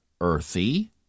earthy